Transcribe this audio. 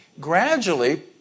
Gradually